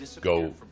go